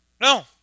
No